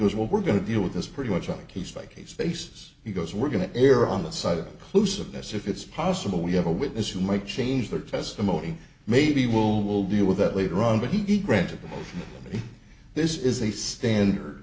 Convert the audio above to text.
goes well we're going to deal with this pretty much on a case by case basis he goes we're going to err on the side of close of this if it's possible we have a witness who might change their testimony maybe will will deal with that later on but he granted the motion this is a standard